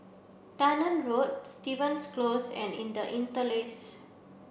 Dunearn Road Stevens Close and inter Interlace